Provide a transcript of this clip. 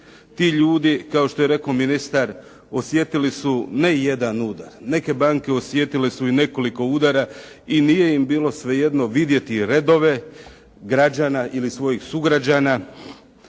Ti ljudi kao što je rekao ministar osjetili su ne jedan udar, neke banke osjetile su i nekoliko udara i nije im bilo svejedno vidjeti redove građana ili svojih sugrađana